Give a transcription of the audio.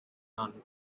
none